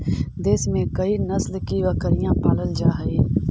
देश में कई नस्ल की बकरियाँ पालल जा हई